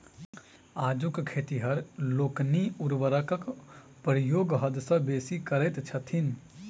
आजुक खेतिहर लोकनि उर्वरकक प्रयोग हद सॅ बेसी करैत छथि